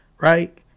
right